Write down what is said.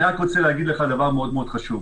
אני רוצה להגיד לך דבר מאוד מאוד חשוב.